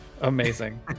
Amazing